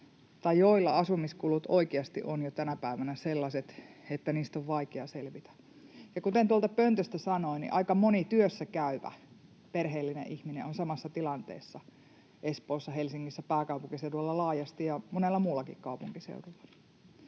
tai joilla asumiskulut oikeasti ovat jo tänä päivänä sellaiset, että niistä on vaikea selvitä. Kuten tuolta pöntöstä sanoin, aika moni työssäkäyvä perheellinen ihminen on samassa tilanteessa Espoossa, Helsingissä, pääkaupunkiseudulla laajasti ja monella muullakin kaupunkiseudulla.